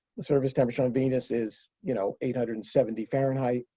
the surface temperature on venus is, you know, eight hundred and seventy fahrenheit,